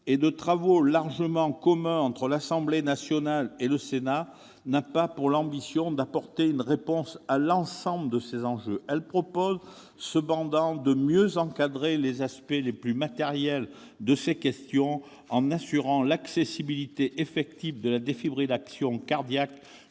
et de travaux largement communs à l'Assemblée nationale et au Sénat, n'a pas l'ambition d'apporter une réponse à l'ensemble de ces enjeux. Elle vise cependant à mieux encadrer les aspects les plus matériels de ces questions, en assurant l'accessibilité effective de la défibrillation cardiaque